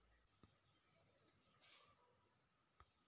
ನನ್ನ ಬ್ಯಾಂಕಿನ ಉಳಿತಾಯ ಸಂಖ್ಯೆಯ ಬಗ್ಗೆ ಹೆಚ್ಚಿನ ಮಾಹಿತಿ ಎಲ್ಲಿ ದೊರೆಯುತ್ತದೆ?